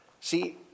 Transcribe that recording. See